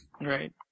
Right